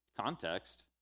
context